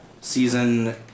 Season